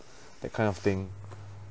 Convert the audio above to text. that kind of thing